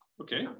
Okay